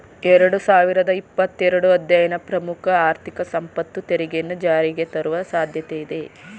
ಎರಡು ಸಾವಿರದ ಇಪ್ಪತ್ತ ಎರಡು ಅಧ್ಯಯನ ಪ್ರಮುಖ ಆರ್ಥಿಕ ಸಂಪತ್ತು ತೆರಿಗೆಯನ್ನ ಜಾರಿಗೆತರುವ ಸಾಧ್ಯತೆ ಇದೆ